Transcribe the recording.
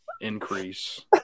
increase